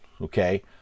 okay